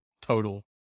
total